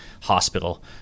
hospital